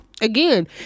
Again